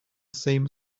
same